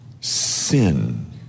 sin